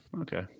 okay